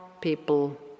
people